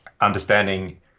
understanding